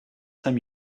saint